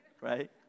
Right